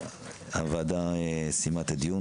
הוועדה סיימה את הדיון.